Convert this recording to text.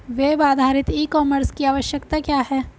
Web आधारित e commerce की आवश्यकता क्या है?